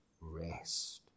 Rest